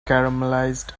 caramelized